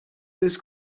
this